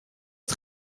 het